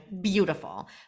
beautiful